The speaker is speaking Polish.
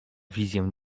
wizję